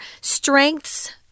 strengths